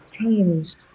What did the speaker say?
changed